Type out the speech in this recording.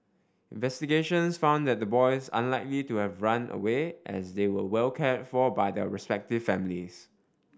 investigations found that the boys unlikely to have run away as they were well cared for by their respective families